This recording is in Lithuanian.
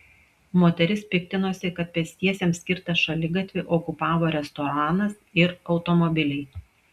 moteris piktinosi kad pėstiesiems skirtą šaligatvį okupavo restoranas ir automobiliai